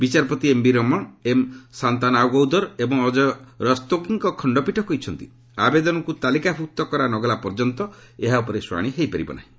ବିଚାରପତି M B Ramana M Shantanagoudar ଏବଂ ଅଜୟ ରସ୍ତୋଗୀଙ୍କ ଖଣ୍ଡପୀଠ କହିଛନ୍ତି ଆବେଦନକୁ ତାଲିକାଭୁକ୍ତ କରା ନ ଗଲା ପର୍ଯ୍ୟନ୍ତ ଏହା ଉପରେ ଶୁଣ୍ଡାଣି ହୋଇପାରିବ ନାହିଁ